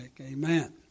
Amen